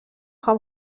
خوام